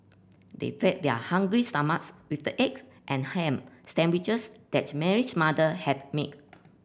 they fed their hungry stomachs with the eggs and ham sandwiches that Mary's mother had make